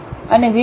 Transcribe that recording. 1 તેથી આ 0